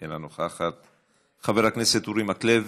אינה נוכחת, חבר הכנסת אורי מקלב,